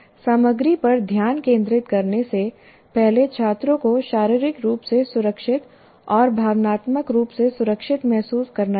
सामग्री पर ध्यान केंद्रित करने से पहले छात्रों को शारीरिक रूप से सुरक्षित और भावनात्मक रूप से सुरक्षित महसूस करना चाहिए